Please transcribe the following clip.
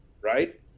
right